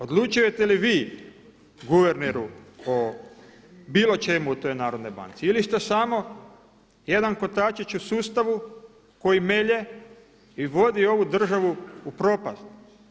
Odlučujete li vi guverneru o bilo čemu u toj Narodnoj banci ili ste samo jedan kotačić u sustavu koji melje i vodi ovu državu u propisat.